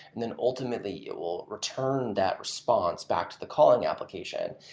then, ultimately, it will return that response back to the calling application.